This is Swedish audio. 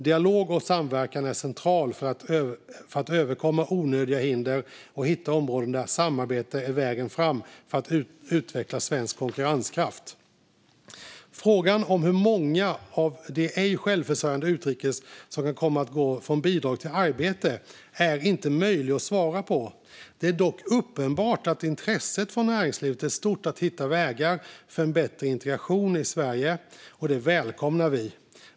Dialog och samverkan är centralt för att överkomma onödiga hinder och hitta områden där samarbete är vägen fram för att utveckla svensk konkurrenskraft. Frågan om hur många av de ej självförsörjande utrikes födda som kan komma att gå från bidrag till arbete är inte möjlig att svara på. Det är dock uppenbart att intresset från näringslivet är stort för att hitta vägar för en bättre integration i Sverige, och det välkomnar vi.